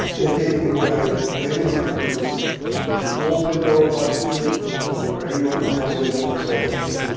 they gave me what i later learned was a small window of opportunity for anyone who comes into the classroom.